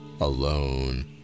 alone